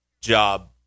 job